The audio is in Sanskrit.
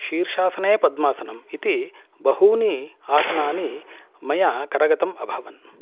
शीर्षासने पद्मासनम् इति बहूनि आसनानि मया करगतम् अभवम्